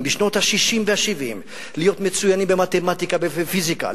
בשנות ה-60 וה-70 להיות מצוינים במתמטיקה ובפיזיקה,